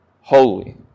holy